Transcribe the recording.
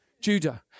Judah